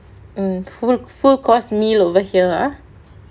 um hmm full course meal over here ah